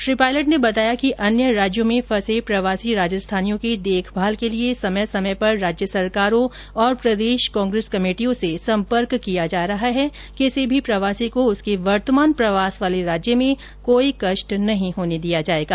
श्री पायलट ने बताया कि अन्य राज्यों में फंसे प्रवासी राजस्थानियों की देखभाल के लिए समय समय पर राज्य सरकारों तथा प्रदेश कांप्रेस कमेटियों से सम्पर्क किया जा रहा है किसी भी प्रवासी को उसके वर्तमान प्रवास वाले राज्य में कोई कष्ट नहीं होने दिया जाएगा